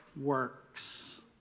works